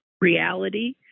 reality